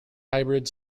hybrid